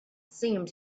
seemed